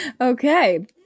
Okay